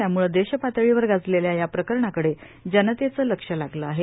त्याम्ळं देशपातळीवर गाजलेल्या या प्रकरणाकडे जनतेचं लक्ष लागलं आहे